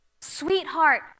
sweetheart